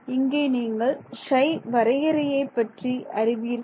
இங்கே நீங்கள் Ψ வரையறையை பற்றி அறிவீர்கள்